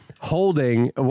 holding